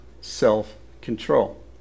self-control